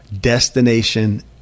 destination